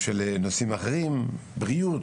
של בריאות.